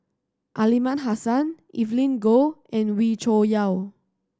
Aliman Hassan Evelyn Goh and Wee Cho Yaw